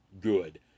good